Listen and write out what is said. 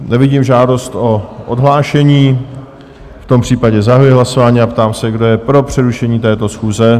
Nevidím žádost o odhlášení, v tom případě zahajuji hlasování a ptám se, kdo je pro přerušení této schůze?